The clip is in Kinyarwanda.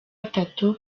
atatu